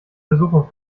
versuchung